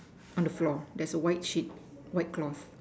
on the floor there's a white sheet white cloth